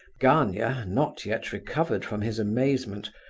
gania, not yet recovered from his amazement,